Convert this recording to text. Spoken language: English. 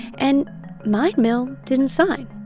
and mine mill didn't sign.